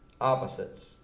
opposites